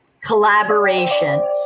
collaboration